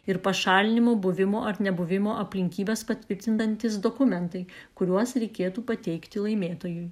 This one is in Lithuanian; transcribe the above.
ir pašalinimo buvimo ar nebuvimo aplinkybes patvirtinantys dokumentai kuriuos reikėtų pateikti laimėtojui